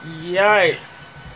Yikes